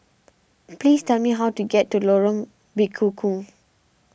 please tell me how to get to Lorong Bekukong